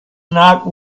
not